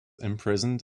imprisoned